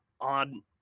on